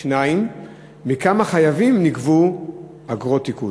2. מכמה חייבים נגבו אגרות עיקול?